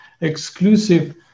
exclusive